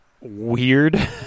weird